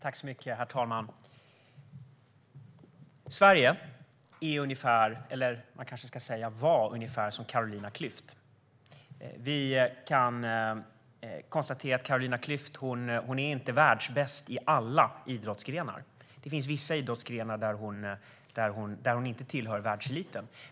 Herr talman! Sverige var ungefär som Carolina Klüft. Vi kan konstatera att Carolina Klüft inte var världsbäst i alla idrottsgrenar. Det finns vissa idrottsgrenar där hon inte tillhörde världseliten.